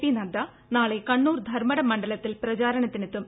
P Nadda നാളെ കണ്ണൂർ ധർമ്മടം മണ്ഡലത്തിൽ പ്രചാരണത്തിനെത്തും